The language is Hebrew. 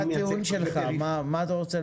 מה הטיעון שלך במשפט?